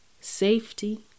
safety